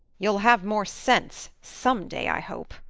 you'll have more sense some day, i hope,